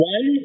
One